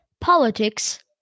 politics